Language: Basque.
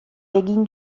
egin